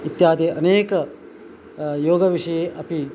इत्यादि अनेक योगविषये अपि